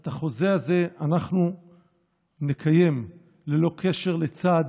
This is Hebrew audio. את החוזה הזה נקיים בלי קשר לצד,